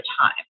time